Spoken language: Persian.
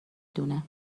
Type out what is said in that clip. دونه